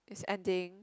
it's ending